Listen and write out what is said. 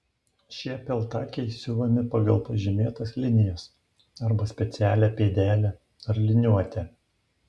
šie peltakiai siuvami pagal pažymėtas linijas arba specialią pėdelę ar liniuotę